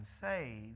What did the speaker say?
saved